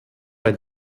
ein